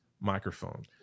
microphone